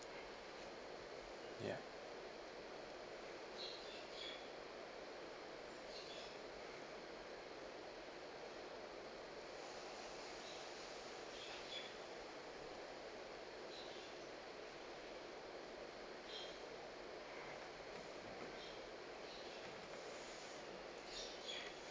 ya